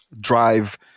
drive